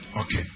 Okay